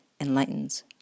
enlightens